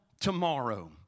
tomorrow